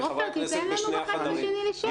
--- עפר, תן לנו באולם השני לשאול.